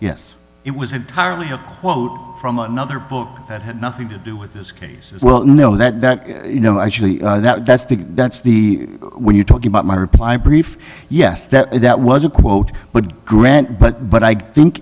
yes it was entirely quote from another book that had nothing to do with this case as well know that you know actually that that's the that's the when you talk about my reply brief yes that that was a quote but grant but but i think